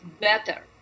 better